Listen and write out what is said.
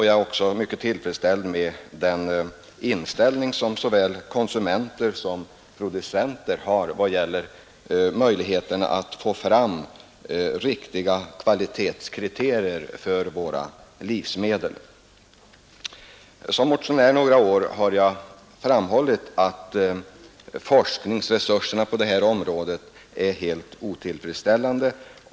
Jag är också mycket glad över den inställning som såväl konsumenter som producenter har vad det gäller nödvändigheten att få fram riktiga kvalitetskriterier för våra livsmedel. Härför fordras mera forskning. Som motionär har jag under några år framhållit att forskningsresurserna på detta område är helt otillfredsställande.